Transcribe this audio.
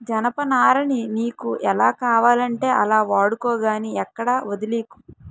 జనపనారని నీకు ఎలా కావాలంటే అలా వాడుకో గానీ ఎక్కడా వొదిలీకు